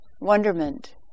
wonderment